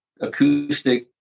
acoustic